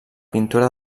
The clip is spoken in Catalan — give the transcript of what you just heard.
pintura